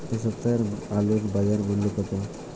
এ সপ্তাহের আলুর বাজার মূল্য কত?